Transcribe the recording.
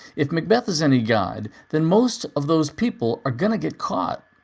if macbeth is any guide, then most of those people are going to get caught,